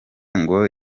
ngo